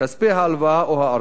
כספי ההלוואה או הערבות,